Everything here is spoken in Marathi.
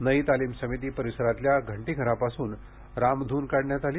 नयी तालीम समिती परिसरातील घंटीघरापासून रामधून काढण्यात आली